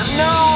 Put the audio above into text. no